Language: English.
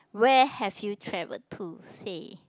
where have you travelled to say